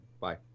Bye